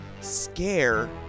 Scare